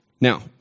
Now